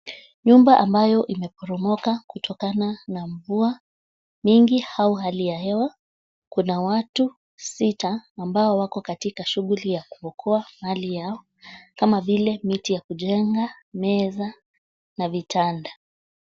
Nyumba ambayo imeporomoka kutokana na mvua mingi au hali ya hewa, Kuna watu sita, ambao wako katika shughuli ya kuokoa mali yao kama vile miti ya kujenga meza na vitanda.